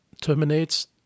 terminates